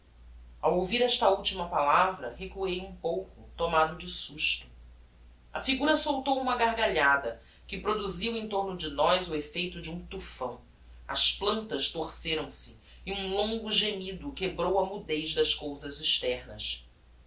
ao ouvir esta ultima palavra recuei um pouco tomado de susto a figura soltou uma gargalhada que produziu em torno de nós o effeito de um tufão as plantas torceram se e um longo gemido quebrou a mudez das cousas externas